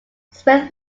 smith